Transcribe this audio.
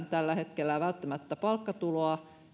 tällä hetkellä ei saa mistään välttämättä palkkatuloa